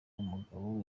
umugabo